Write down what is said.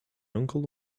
uncle